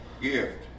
gift